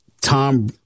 Tom